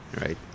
right